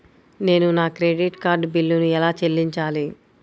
నేను నా credit card బిల్లును ఎలా చెల్లించాలీ?